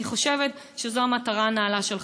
אני חושבת שזאת המטרה הנעלה שלך.